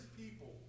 people